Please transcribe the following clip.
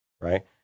right